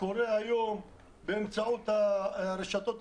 שמרתיעים אותנו אלא אותי מרתיע מה שקורה היום באמצעות הרשתות החברתיות,